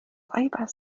eiweiß